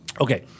Okay